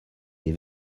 les